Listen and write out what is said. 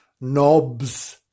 Knobs